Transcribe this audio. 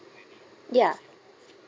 ya